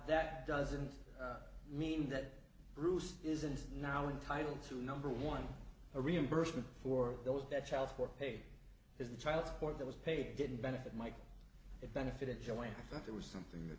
that doesn't mean that bruce isn't now entitle to number one a reimbursement for those that child for pay his child support that was paid didn't benefit michael it benefited joey but it was something that